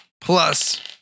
plus